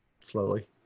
slowly